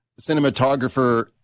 cinematographer